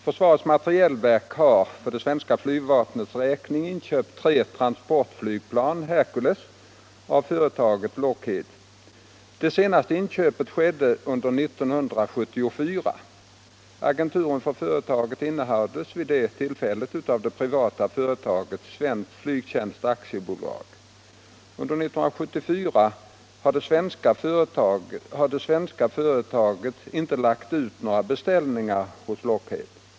Försvarets materielverk har för det svenska flygvapnets räkning inköpt tre transportflygplan av företaget Lockheed. Det senaste inköpet skedde under 1974. Agenturen för företaget innehades vid det tillfället av det privata företaget Svensk Flygtjänst AB. Efter 1974 har det svenska försvaret inte lagt ut några beställningar hos Lockheed.